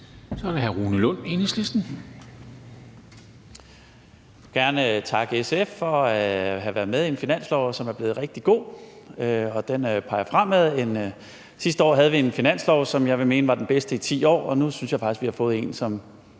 Kl. 13:17 Rune Lund (EL): Jeg vil gerne takke SF for at have været med i en finanslov, som er blevet rigtig god. Den peger fremad. Sidste år havde vi en finanslov, som jeg vil mene var den bedste i 10 år, og nu synes jeg faktisk, at vi har fået en, som